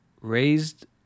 raised